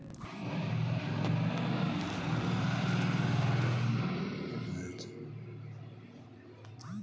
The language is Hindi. मॉम मधुमक्खियों के छत्ते से प्राप्त किया जाता है यह बहुत फायदेमंद होता है